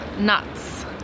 Nuts